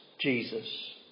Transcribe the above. Jesus